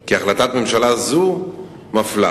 כי החלטת ממשלה זו מפלה.